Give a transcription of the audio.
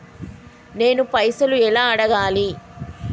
నేను పైసలు ఎలా అడగాలి?